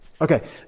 Okay